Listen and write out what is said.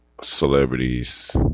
celebrities